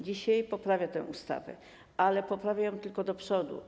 Dzisiaj poprawia tę ustawę, ale poprawia tylko do przodu.